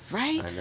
right